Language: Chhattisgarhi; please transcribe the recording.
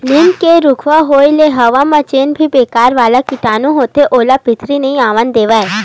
लीम के रूखवा होय ले हवा म जेन भी बेकार वाला कीटानु होथे ओला भीतरी नइ आवन देवय